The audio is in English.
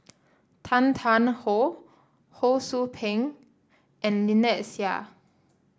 Tan Tarn How Ho Sou Ping and Lynnette Seah